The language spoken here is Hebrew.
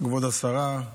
כבוד השרה,